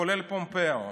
כולל פומפאו.